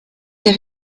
des